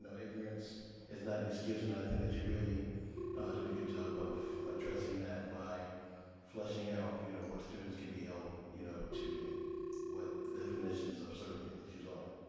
so ignorance is not an excuse, and i think that you really did a good job of addressing that by fleshing out you know what students can be held you know to, and what the definitions of certain issues are.